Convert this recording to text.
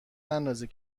نندازین